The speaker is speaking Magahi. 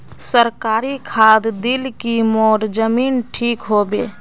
सरकारी खाद दिल की मोर जमीन ठीक होबे?